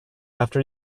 after